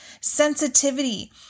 sensitivity